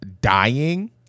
dying